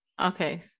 okay